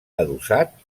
adossat